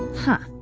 huh.